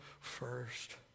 first